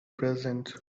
present